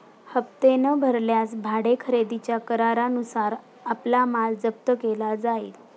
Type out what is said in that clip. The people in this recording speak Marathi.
हप्ते न भरल्यास भाडे खरेदीच्या करारानुसार आपला माल जप्त केला जाईल